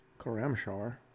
Karamshar